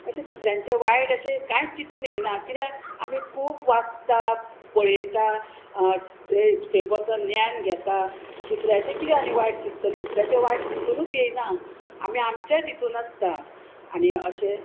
अशें दुसऱ्यांचें वायट अशें कांयच चितून येना कित्याक आमी खूब वाचता पळयता थंय थंय बसोन ज्ञान घेता दुसऱ्याचें कितें आनी वायट चित्तलें दुसऱ्याचें वायट चितुनूत येना आमी आमचेत हितून आसता आनी अशें